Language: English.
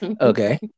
Okay